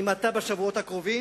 אם אתה, בשבועות הקרובים,